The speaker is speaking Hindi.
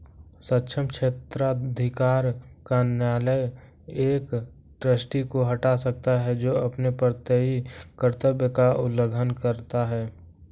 सक्षम क्षेत्राधिकार का न्यायालय एक ट्रस्टी को हटा सकता है जो अपने प्रत्ययी कर्तव्य का उल्लंघन करता है